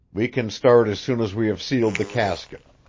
we can start as soon as we have sealed the casket.